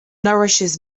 nourishes